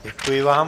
Děkuji vám.